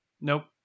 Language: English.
nope